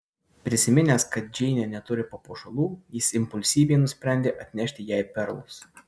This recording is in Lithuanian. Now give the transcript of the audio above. prisiminęs kad džeinė neturi papuošalų jis impulsyviai nusprendė atnešti jai perlus